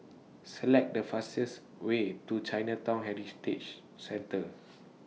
Select The fastest Way to Chinatown Heritage Centre